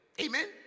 Amen